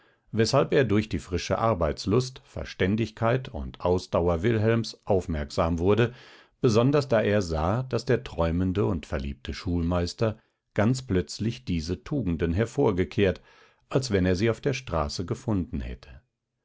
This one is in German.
weshalb er durch die frische arbeitslust verständigkeit und ausdauer wilhelms aufmerksam wurde besonders da er sah daß der träumende und verliebte schulmeister ganz plötzlich diese tugenden hervorgekehrt als wenn er sie auf der straße gefunden hätte